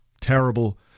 terrible